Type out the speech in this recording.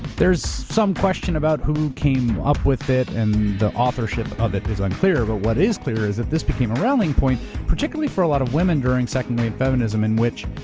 there's some question about who came up with it and the authorship of it is unclear but what is clear is that this became a rallying point particularly for a lot women during second wave feminism in which,